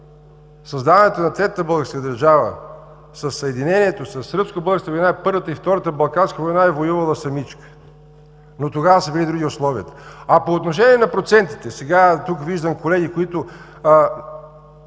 създаването на Третата българска държава, със Съединението, със Сръбско-българската война, Първата и Втората балканска война е воювала сама, но тогава са били други условията. По отношение на процентите, тук виждам колеги, които